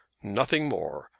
nothing more.